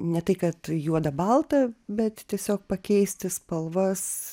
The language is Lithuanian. ne tai kad juoda balta bet tiesiog pakeisti spalvas